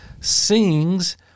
sings